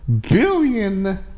billion